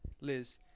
Liz